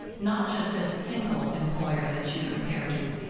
not just a single employer that you compare to,